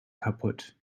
kaputt